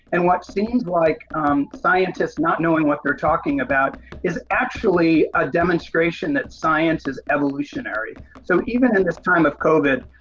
and what seemed like scientists not knowing what they are talking about is actually a demonstration that science is evolutionary. so even in this kind time of covid,